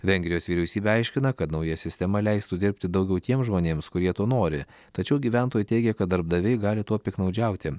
vengrijos vyriausybė aiškina kad nauja sistema leistų dirbti daugiau tiems žmonėms kurie to nori tačiau gyventojai teigia kad darbdaviai gali tuo piktnaudžiauti